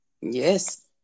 Yes